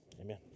Amen